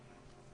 שלום,